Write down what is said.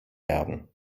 werden